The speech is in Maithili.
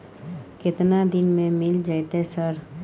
केतना दिन में मिल जयते सर?